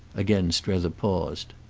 again strether paused.